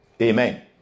Amen